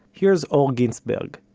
here's or ginsberg,